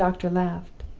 the doctor laughed.